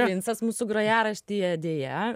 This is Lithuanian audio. princas mūsų grojaraštyje deja